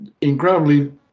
incredibly